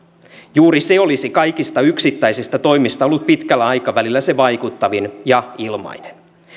juuri se olisi kaikista yksittäisistä toimista ollut pitkällä aikavälillä se vaikuttavin ja ilmainen